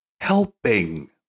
helping